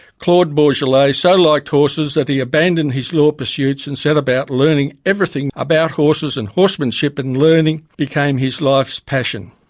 claude bourgelat so ah liked horses that he abandoned his law pursuits and set about learning everything about horses and horsemanship and learning became his life's passion.